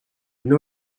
une